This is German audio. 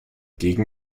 gegen